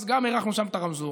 אז גם הארכנו שם את הרמזור,